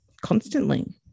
constantly